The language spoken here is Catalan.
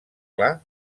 clar